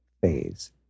phase